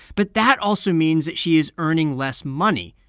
but that also means that she is earning less money,